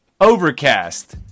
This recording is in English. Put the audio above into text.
Overcast